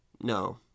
No